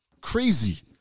Crazy